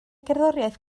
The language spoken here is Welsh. gerddoriaeth